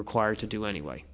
required to do anyway